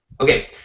Okay